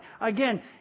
Again